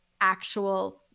actual